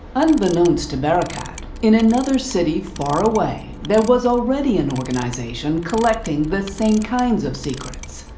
unbeknownst to barakat, in another city far away, there was already an organization collecting the same kinds of secrets,